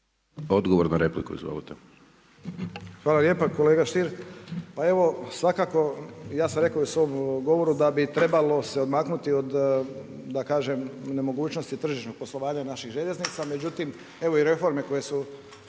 Odgovor na repliku, izvolite. **Ćosić, Pero (HDZ)** Kolega Stier, pa evo svakako ja sam rekao u svom govoru da bi trebalo se odmaknuti od da kažem nemogućnosti tržišnog poslovanja naših željeznica. Međutim, evo i reforme koje su